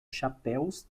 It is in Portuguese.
chapéus